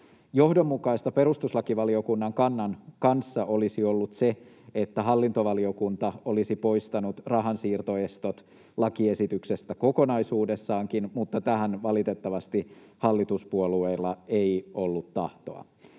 Johdonmukaista perustuslakivaliokunnan kannan kanssa olisi ollut se, että hallintovaliokunta olisi poistanut rahansiirtoestot lakiesityksestä kokonaisuudessaankin, mutta tähän valitettavasti hallituspuolueilla ei ollut tahtoa.